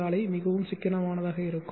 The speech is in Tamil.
ஆலை மிகவும் சிக்கனமாக இருக்கும்